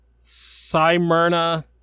Smyrna